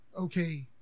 okay